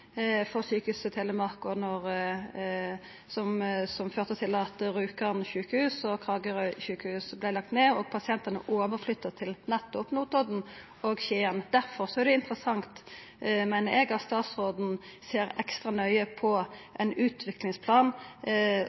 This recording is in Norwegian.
for Sjukehuset Telemark, som førte til at Rjukan sjukehus og Kragerø sjukehus vart nedlagde og pasientane vart flytta til nettopp Notodden og Skien. Difor er det interessant, meiner eg, om statsråden ser ekstra nøye på